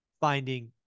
finding